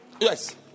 Yes